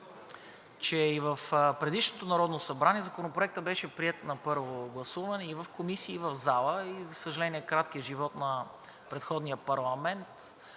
че и в предишното Народно събрание Законопроектът беше приет на първо гласуване и в комисии, и в зала. За съжаление, краткият живот на предходния парламент